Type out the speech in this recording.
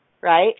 right